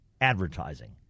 advertising